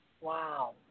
Wow